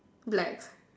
black